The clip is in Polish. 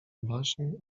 baśń